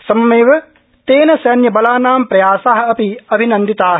सममेव तेन सैन्यबलानाम् प्रयासा अपि अभिनान्दिता